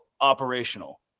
operational